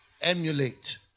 emulate